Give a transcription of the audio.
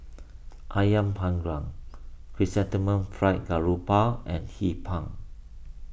Ayam Panggang Chrysanthemum Fried Garoupa and Hee Pan